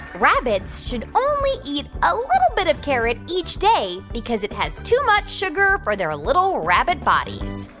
rabbits should only eat a little bit of carrot each day because it has too much sugar for their little rabbit bodies?